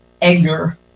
Edgar